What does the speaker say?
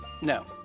No